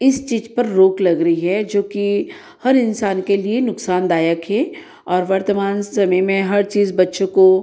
इस चीज़ पर रोक लग रही है जो कि हर इंसान के लिए नुक्सानदायक है और वर्तमान समय में हर चीज़ बच्चों को